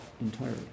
entirely